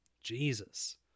Jesus